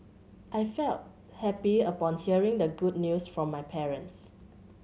I felt happy upon hearing the good news from my parents